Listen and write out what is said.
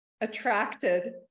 attracted